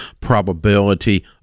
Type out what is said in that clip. probability